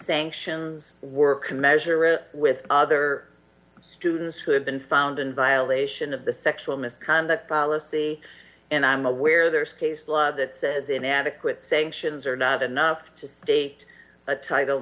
sanctions work a measure with other students who have been found in violation of the sexual misconduct policy and i'm aware there's case law that says inadequate sanctions are not enough to state a title